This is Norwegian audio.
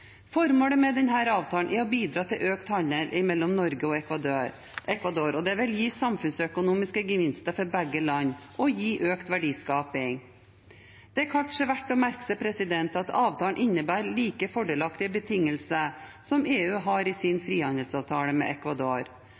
Formålet med denne avtalen er å bidra til økt handel mellom Norge og Equador. Det vil gi samfunnsøkonomiske gevinster for begge land og gi økt verdiskaping. Det er kanskje verdt å merke seg at avtalen innebærer like fordelaktige betingelser som EU har i sin frihandelsavtale med